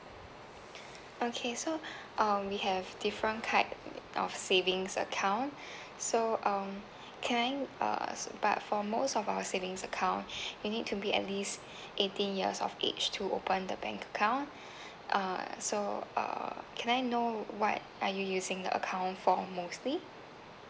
okay so um we have different type of savings account so um can I uh but for most of our savings account you need to be at least eighteen years of age to open the bank account uh so uh can I know what are you using the account for mostly